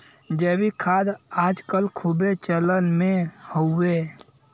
जैविक खाद आज कल खूबे चलन मे हउवे